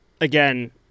Again